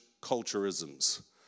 culturisms